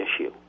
issue